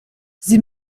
sie